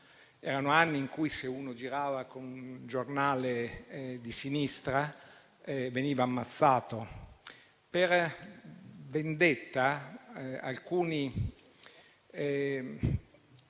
Erano anni in cui, se uno girava con un giornale di sinistra, veniva ammazzato. Per vendetta, alcuni